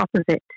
opposite